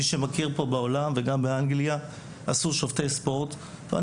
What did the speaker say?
מי שמכיר, בעולם וגם באנגליה עשו שופטי ספורט.